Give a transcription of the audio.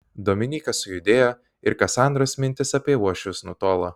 dominykas sujudėjo ir kasandros mintys apie uošvius nutolo